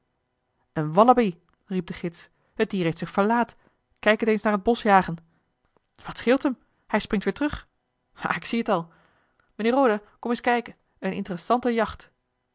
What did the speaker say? een wallabie riep de gids het dier heeft zich verlaat kijk het eens naar het bosch jagen wat scheelt hem hij springt weer terug ha ik zie het al mr roda kom eens kijken eene interesrante jacht